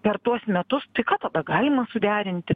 per tuos metus tai ką tada galima suderinti